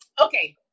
Okay